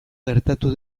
gertatu